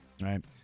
right